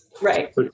Right